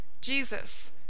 Jesus